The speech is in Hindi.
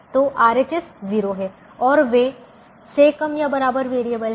तो RHS 0 हैं और वे से कम या बराबर वेरिएबल हैं